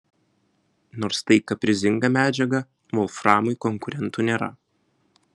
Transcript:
nors tai kaprizinga medžiaga volframui konkurentų nėra